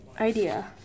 idea